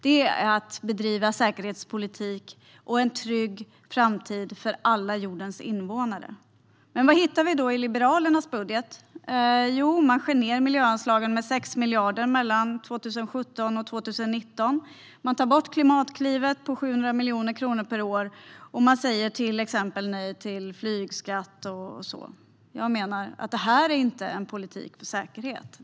Det är att bedriva säkerhetspolitik och att ge en trygg framtid för alla jordens invånare. Vad hittar vi då i Liberalernas budget? Jo, man skär ned miljöanslagen med 6 miljarder mellan 2017 och 2019. Man tar bort Klimatklivet på 700 miljoner kronor per år, och man säger nej till exempelvis flygskatt. Jag menar att det inte är en politik för säkerhet.